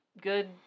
good